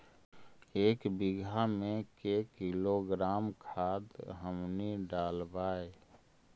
एक बीघा मे के किलोग्राम खाद हमनि डालबाय?